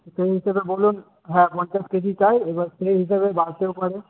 সেই হিসেবে বলুন হ্যাঁ পঞ্চাশ কেজি চাই এবার সেই হিসেবে বাড়তেও পারে